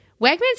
Wegmans